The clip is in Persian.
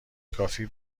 کافی